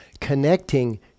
connecting